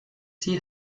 die